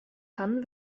kann